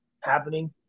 happening